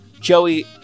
Joey